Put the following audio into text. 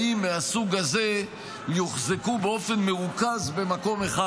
מהסוג הזה יוחזק באופן מרוכז במקום אחד,